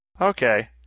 Okay